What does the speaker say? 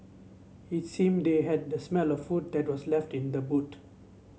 it seemed they had the smelt of food that was left in the boot